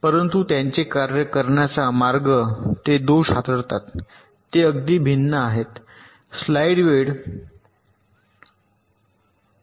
परंतु त्यांचे कार्य करण्याचा मार्ग ते दोष हाताळतात हे अगदी भिन्न आहेत